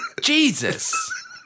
Jesus